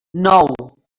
nou